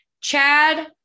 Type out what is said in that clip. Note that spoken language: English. Chad